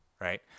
right